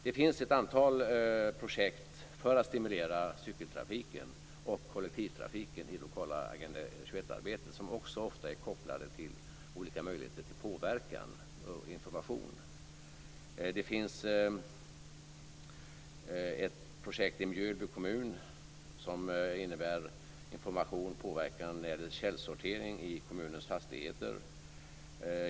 Det finns ett antal projekt för att stimulera cykeltrafiken och kollektivtrafiken i lokala Agenda 21 arbetet, som också ofta är kopplade till olika möjligheter till påverkan och information. Det finns ett projekt i Mjölby kommun som innebär information och påverkan när det gäller källsortering i kommunens fastigheter.